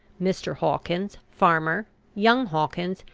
mr. hawkins, farmer young hawkins,